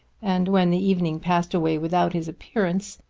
and when the evening passed away without his appearance,